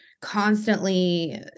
constantly